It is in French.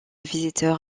visiteur